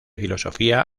filosofía